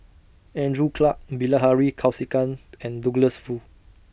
Andrew Clarke Bilahari Kausikan and Douglas Foo